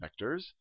vectors